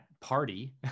party